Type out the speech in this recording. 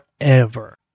forever